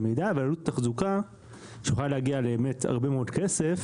אבל עלות תחזוקה שיכולה להגיע באמת להרבה מאוד כסף,